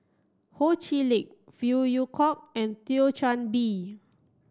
Ho Chee Lick Phey Yew Kok and Thio Chan Bee